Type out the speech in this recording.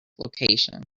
location